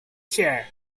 chair